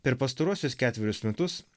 per pastaruosius ketverius metus